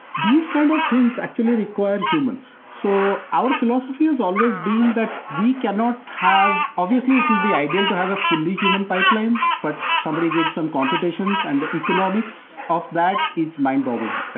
these kind of things actually require humans. so our philosophy has always been that we cannot have obviously be ideal to have a fully human pipeline, but somebody did some computations, and the economics of that, it's mind-blogging,